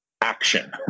action